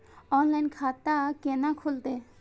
Online खाता केना खुलते?